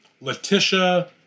Letitia